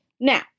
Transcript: Now